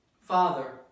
Father